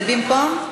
זה במקום.